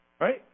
Right